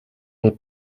n’est